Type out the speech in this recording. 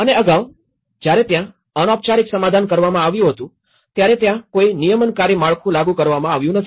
અને અગાઉ જ્યારે ત્યાં અનૌપચારિક સમાધાન કરવામાં આવ્યું હતું ત્યારે ત્યાં કોઈ નિયમનકારી માળખું લાગુ કરવામાં આવ્યું નથી